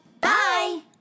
Bye